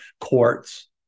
courts